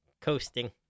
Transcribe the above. coasting